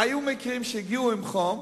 היו מקרים שהגיעו אנשים עם חום.